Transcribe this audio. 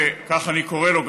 וכך אני קורא לו,